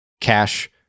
Cash